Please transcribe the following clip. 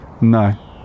no